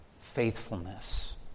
faithfulness